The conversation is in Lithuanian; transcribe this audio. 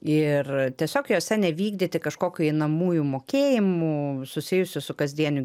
ir tiesiog jose nevykdyti kažkokių einamųjų mokėjimų susijusių su kasdieniu